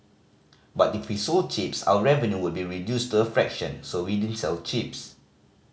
but if we sold chips our revenue would be reduced to a fraction so we didn't sell chips